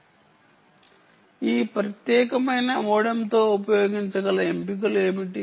ఇప్పుడు మీరు ఈ ప్రత్యేకమైన మోడెమ్తో ఉపయోగించగల ఎంపికలు ఏమిటి